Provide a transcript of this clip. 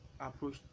approach